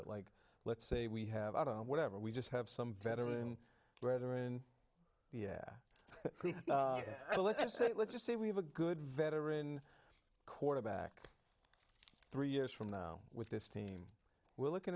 but like let's say we have out of whatever we just have some veteran brother in the air let's say let's just say we have a good veteran quarterback three years from now with this team we're looking